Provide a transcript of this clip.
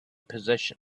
position